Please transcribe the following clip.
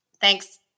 thanks